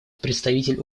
представитель